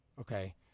Okay